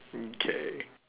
okay